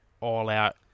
all-out